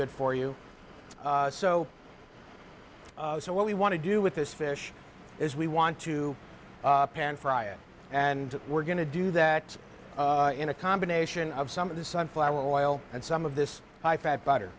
good for you so so what we want to do with this fish is we want to pan fry it and we're going to do that in a combination of some of the sunflower oil and some of this high fat butter